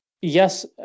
yes